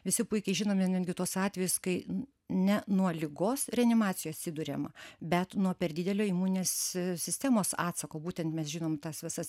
visi puikiai žinome netgi tuos atvejus kai ne nuo ligos reanimacijoj atsiduriama bet nuo per didelio imuninės sistemos atsako būtent mes žinom tas visas